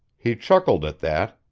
he chuckled at that,